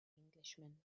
englishman